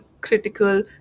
critical